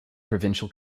provincial